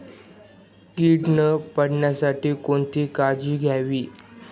कीड न पडण्यासाठी कोणती काळजी घ्यावी?